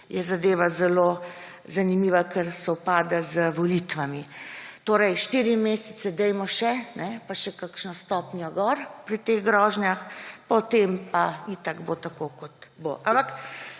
je zadeva zelo zanimiva, ker sovpada z volitvami. Torej, štiri mesece dajmo še, kajne, pa še kakšno stopnjo gor, pri teh grožnjah, potem pa, itak bo tako, kot bo.